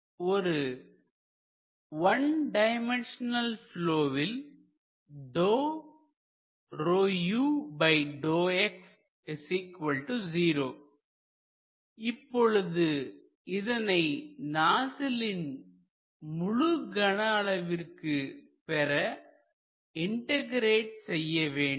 ஒரு one dimensional ப்லொவில் இப்பொழுது இதனை நாசிலின் முழு கன அளவிற்கு பெற இன்டகிரேட் செய்ய வேண்டும்